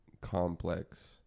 complex